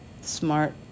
Smart